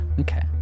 Okay